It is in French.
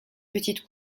petite